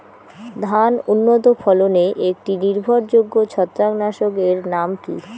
ধান উন্নত ফলনে একটি নির্ভরযোগ্য ছত্রাকনাশক এর নাম কি?